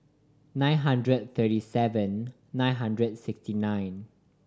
nine hundred thirty seven nine hundred sixty nine